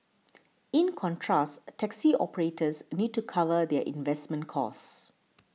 in contrast taxi operators need to cover their investment costs